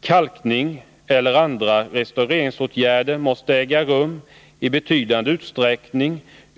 Kalkning eller andra restaureringsåtgärder måste äga rum i betydande utsträckning.